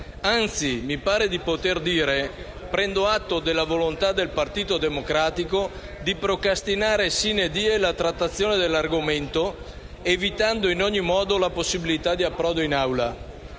Anzi, mi pare di poter dire che prendo atto della volontà del Partito Democratico di procrastinare *sine die* la trattazione dell'argomento, evitando in ogni modo la possibilità di approdo in